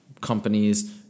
companies